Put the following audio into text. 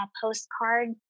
postcard